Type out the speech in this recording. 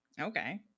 Okay